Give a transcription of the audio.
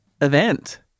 event